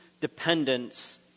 dependence